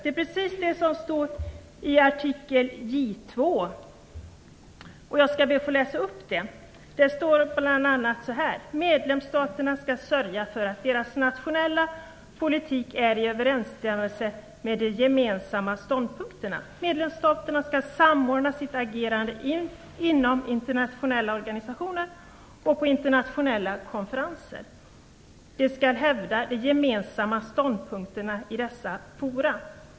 Det är precis det som står i artikel J 2. Det står bl.a. så här: Medlemsstaterna skall sörja för att deras nationella politik är i överensstämmelse med de gemensamma ståndpunkterna. Medlemsstaterna skall samordna sitt agerande inom internationella organisationer och på internationella konferenser. De skall hävda de gemensamma ståndpunkterna i dessa forum.